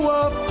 up